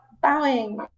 bowing